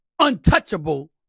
untouchable